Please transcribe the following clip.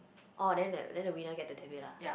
orh then that then the winner get the ten mil lah